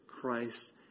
Christ